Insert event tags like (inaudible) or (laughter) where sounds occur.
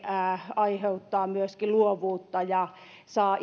aiheuttaa myöskin luovuutta ja saa (unintelligible)